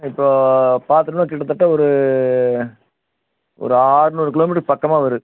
இப்போது பார்த்தோன்னா கிட்டத்தட்ட ஒரு ஒரு ஆறுநூறு கிலோமீட்டர் பக்கமாக வரும்